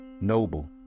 noble